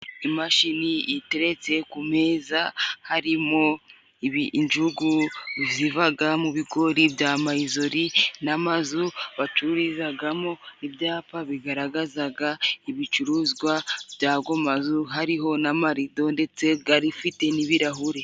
Imashini iteretse ku meza harimo injugu zivaga mu bigori bya mayizori, n'amazu bacurizagamo, ibyapa bigaragazaga ibicuruzwa by' ago mazu, hariho n'amarido ndetse gafite n'ibirahuri.